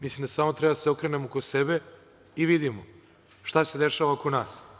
Mislim da samo treba da se okrenemo oko sebe i vidimo šta se dešava oko nas.